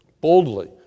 boldly